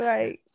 Right